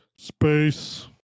Space